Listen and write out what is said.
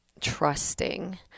trusting